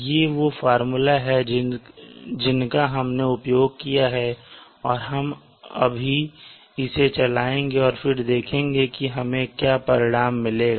ये वे फार्मूला हैं जिनका हमने उपयोग किया है और हम अभी इसे चलाएँगे और फिर देखेंगे कि हमें क्या परिणाम मिलेगा